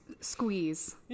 squeeze